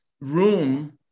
room